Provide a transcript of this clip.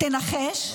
תנחש.